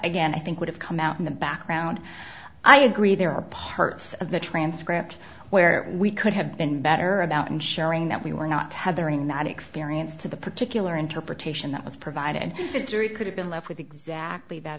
again i think would have come out in the background i agree there are parts of the transcript where we could have been better about ensuring that we were not tethering that experience to the particular interpretation that was provided and the jury could have been left with exactly that